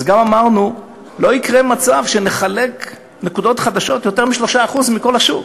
אז גם אמרנו שלא יקרה מצב שנחלק נקודות חדשות ביותר מ-3% מכל השוק,